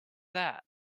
that